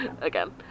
again